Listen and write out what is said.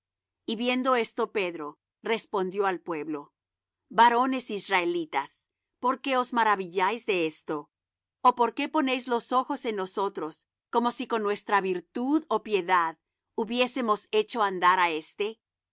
y viendo esto pedro respondió al pueblo varones israelitas por qué os maravilláis de esto ó por qué ponéis los ojos en nosotros como si con nuestra virtud ó piedad hubiésemos hecho andar á éste